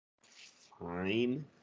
fine